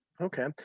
Okay